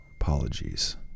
Apologies